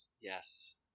Yes